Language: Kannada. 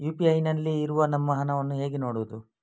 ಯು.ಪಿ.ಐ ನಲ್ಲಿ ಇರುವ ನಮ್ಮ ಹಣವನ್ನು ಹೇಗೆ ನೋಡುವುದು?